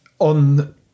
On